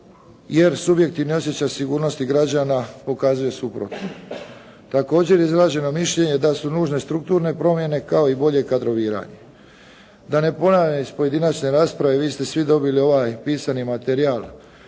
jer subjekt ne osjeća sigurnosti građana pokazuje suprotno. Također je izraženo mišljenje da su nužne strukturne promjene kao i bolje kadroviranje. Da ne ponavljam iz pojedinačne rasprave, vi ste svi dobili ovaj pisani materijal